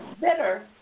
bitter